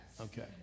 okay